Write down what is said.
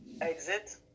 exit